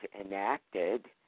enacted